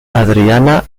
adriana